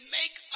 make